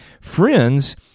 friends